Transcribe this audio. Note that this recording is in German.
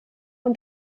und